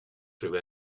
through